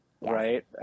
right